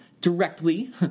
directly